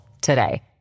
today